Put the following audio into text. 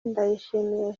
ndayishimiye